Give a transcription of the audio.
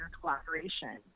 collaboration